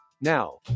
Now